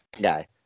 guy